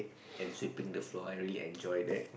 and sweeping the floor I really enjoy that